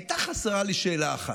הייתה חסרה לי שאלה אחת: